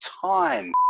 time